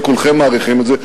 וכולכם מעריכים את זה.